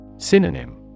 Synonym